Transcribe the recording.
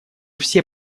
все